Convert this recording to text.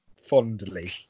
Fondly